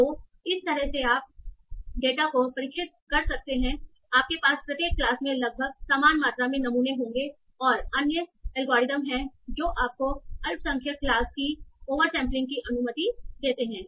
तो इस तरह से आप डेटा को प्रशिक्षित कर रहे हैं आपके पास प्रत्येक क्लास में लगभग समान मात्रा में नमूने होंगे और अन्य एल्गोरिदम हैं जो आपको अल्पसंख्यक क्लास की ओवर सैंपलिंग की अनुमति देते हैं